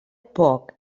poc